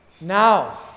now